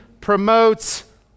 promotes